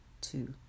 two